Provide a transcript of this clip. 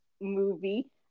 movie